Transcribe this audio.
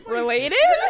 Related